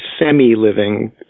semi-living